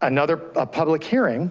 another ah public hearing.